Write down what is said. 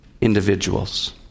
individuals